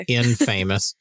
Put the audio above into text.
infamous